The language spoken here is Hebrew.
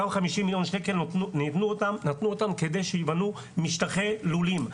אותם 50 מיליון שקלים נתנו אותם כדי שייבנו משטחי לולים.